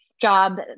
job